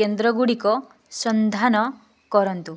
କେନ୍ଦ୍ରଗୁଡ଼ିକର ସନ୍ଧାନ କରନ୍ତୁ